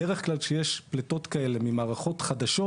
בדרך כלל כשיש פליטות כאלה ממערכות חדשות,